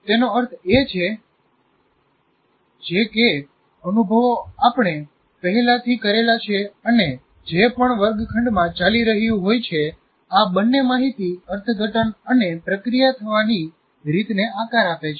તેનો અર્થ એ છે જે કે અનુભવો આપણે પહેલાથી કરેલા છે અને જે પણ વર્ગખંડમાં ચાલી રહ્યું હોય છે આ બંને માહિતી અર્થઘટન અને પ્રક્રિયા થવાની રીતને આકાર આપે છે